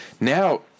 Now